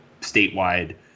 statewide